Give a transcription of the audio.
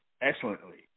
excellently